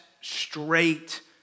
straight